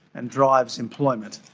and drives employment.